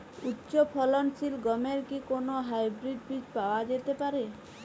উচ্চ ফলনশীল গমের কি কোন হাইব্রীড বীজ পাওয়া যেতে পারে?